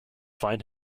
find